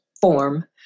form